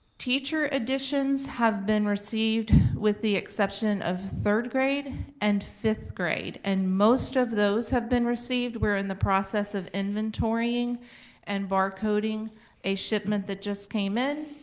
teacher editions have been received with the exception of third grade and fifth grade. and most of those have been received. we're in the process of inventorying and bar-coding a shipment that just came in.